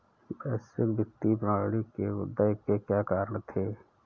वैश्विक वित्तीय प्रणाली के उदय के क्या कारण थे?